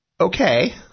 Okay